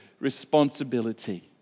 Responsibility